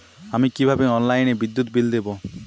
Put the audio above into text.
আমি কিভাবে অনলাইনে বিদ্যুৎ বিল দেবো?